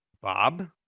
Bob